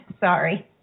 sorry